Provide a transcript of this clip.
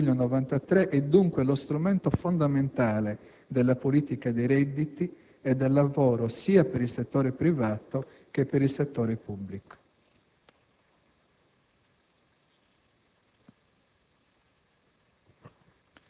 Il Protocollo d'intesa del 23 luglio 1993 è dunque lo strumento fondamentale della politica dei redditi e del lavoro sia per il settore privato che per il settore pubblico.